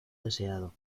deseado